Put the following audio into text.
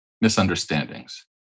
misunderstandings